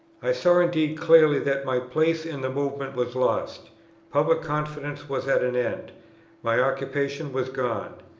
i saw indeed clearly that my place in the movement was lost public confidence was at an end my occupation was gone.